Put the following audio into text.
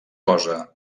cosa